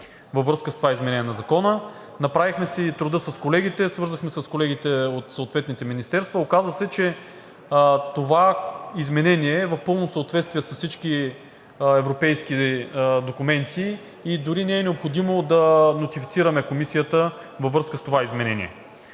във връзка с това изменение на Закона. Направихме си труда с колегите, свързахме се с колегите от съответните министерства и се оказа, че това изменение е в пълно съответствие с всички европейски документи. Дори не е необходимо да нотифицираме Комисията във връзка с това изменение.